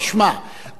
תשמע,